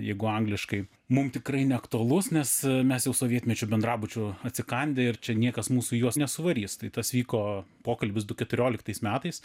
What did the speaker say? jeigu angliškai mum tikrai neaktualus nes mes jau sovietmečiu bendrabučių atsikandę ir čia niekas mūsų į juos nesuvarys tai tas vyko pokalbis du keturioliktais metais